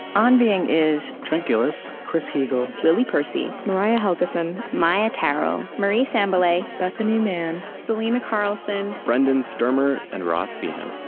on being is trent gilliss, chris heagle, lily percy, mariah helgeson, maia tarrell, marie sambilay, bethanie mann, selena carlson, brendan stermer, and ross feehan